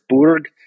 Burg